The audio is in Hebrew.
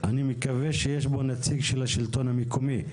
אני מקווה שיש פה נציג השלטון המקומי.